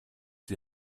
die